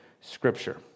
Scripture